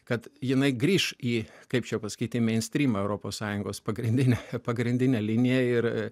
kad jinai grįš į kaip čia pasakyti į meinstrymą europos sąjungos pagrindinę pagrindinę liniją ir